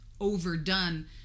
overdone